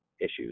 issues